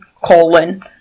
colon